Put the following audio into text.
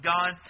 God